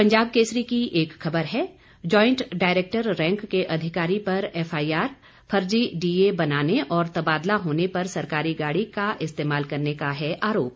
पंजाब केसरी की एक खबर है ज्वाइंट डायरेक्टर रैंक के अधिकारी पर एफआईआर फर्जी डीए बनाने और तबादला होने पर सरकारी गाड़ी का इस्तेमाल करने का है आरोप